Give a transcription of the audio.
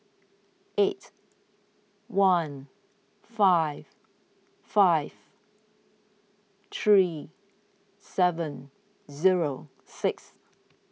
eight one five five three seven zero six